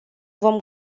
vom